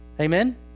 Amen